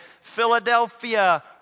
Philadelphia